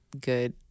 good